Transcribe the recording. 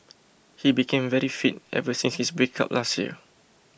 he became very fit ever since his breakup last year